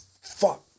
Fuck